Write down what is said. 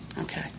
Okay